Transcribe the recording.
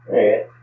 Right